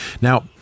Now